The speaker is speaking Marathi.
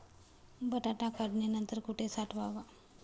बटाटा काढणी नंतर कुठे साठवावा?